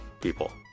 People